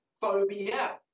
phobia